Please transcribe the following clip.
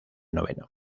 noveno